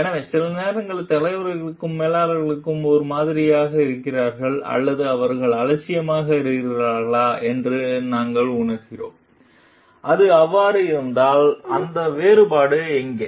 எனவே சில நேரங்களில் தலைவர்களும் மேலாளர்களும் ஒரே மாதிரியாக இருக்கிறார்களா அல்லது அவர்கள் அலட்சியமாக இருக்கிறார்களா என்று நாங்கள் உணர்கிறோம் அது அவ்வாறு இருந்தால் அந்த வேறுபாடு எங்கே